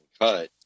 cut